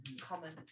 common